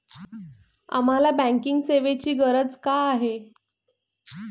आम्हाला बँकिंग सेवेची गरज का आहे?